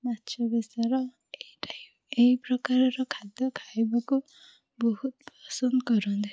ମାଛ ବେସର ହେଇଥାଏ ଏହି ପ୍ରକାରର ଖାଦ୍ୟ ଖାଇବାକୁ ବହୁତ୍ ପସନ୍ଦ କରନ୍ତି